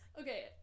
Okay